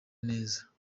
neza